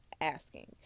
asking